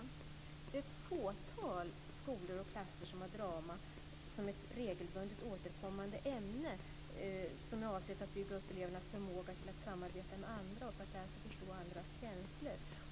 Det är ett fåtal skolor och klasser som har drama som ett regelbundet återkommande ämne, som är avsett att bygga upp elevernas förmåga till att samarbeta med andra och för att lära sig att förstå andras känslor.